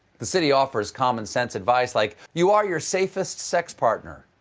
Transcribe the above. the city offers common-sense advice, like you are your safest sex partner.